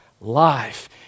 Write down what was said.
life